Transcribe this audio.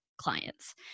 clients